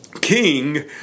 king